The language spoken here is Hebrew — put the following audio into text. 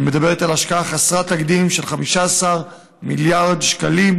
ומדברת על השקעה חסרת תקדים של 15 מיליארד שקלים